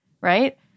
right